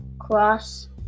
cross